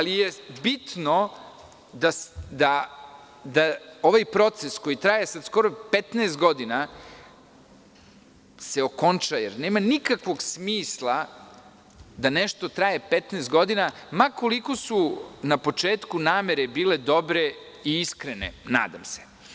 Bitno je da ovaj proces koji traje skoro 15 godina se okonča, jer nema nikakvog smisla da nešto traje 15 godina, ma koliko su na početku namere bile dobre i iskrene, nadam se.